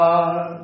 God